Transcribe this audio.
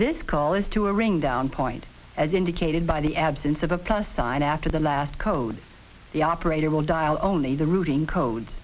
this call is turing down point as indicated by the absence of a plus sign after the last code the operator will dial only the routing codes